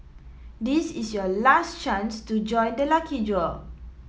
this is your last chance to join the lucky draw